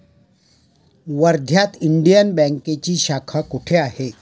वर्ध्यात इंडियन बँकेची शाखा कुठे आहे?